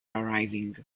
arriving